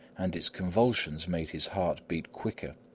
and its convulsions made his heart beat quicker,